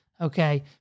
Okay